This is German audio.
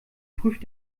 prüft